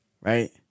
right